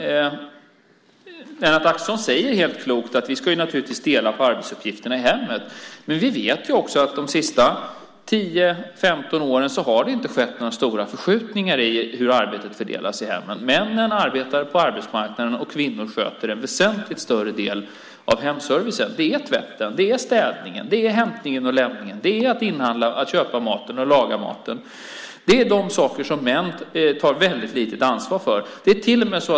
Lennart Axelsson säger helt klokt att vi ska dela på arbetsuppgifterna i hemmet. Men vi vet att det inte har skett några stora förskjutningar i hur arbetet fördelas i hemmen under de senaste 10-15 åren. Männen arbetar på arbetsmarknaden och kvinnor sköter en väsentligt större del av hemservicen. Det är tvätten, städningen, hämtningen och lämningen, att köpa och laga maten. Det är de sakerna som män tar litet ansvar för.